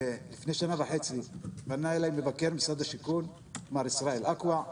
ולפני שנה וחצי פנה אליי מבקר משרד השיכון מר ישראל אקווה.